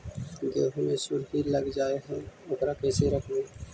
गेहू मे सुरही लग जाय है ओकरा कैसे रखबइ?